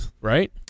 right